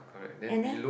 and then